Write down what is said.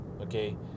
Okay